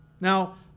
Now